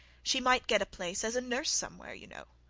she might get a place as a nurse somewhere, you know.